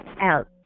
out